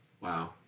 Wow